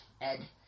Ed